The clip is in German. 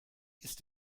ist